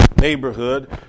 neighborhood